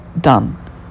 done